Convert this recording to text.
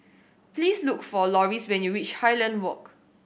please look for Loris when you reach Highland Walk